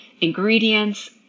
ingredients